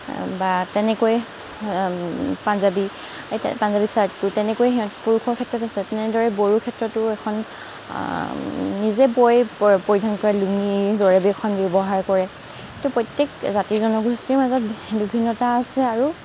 বা তেনেকৈ পাঞ্জাবী পাঞ্জাবী ছাৰ্টটো তেনেকৈ পুৰুষৰ ক্ষেত্ৰত আছে তেনেদৰে বড়োৰ ক্ষেত্ৰতো এখন নিজে বৈ পৰিধান কৰে লুঙীৰ দৰে যিখন ব্যৱহাৰ কৰে সেইটো প্ৰত্যেক জাতি জনগোষ্ঠীৰ মাজত বিভিন্নতা আছে আৰু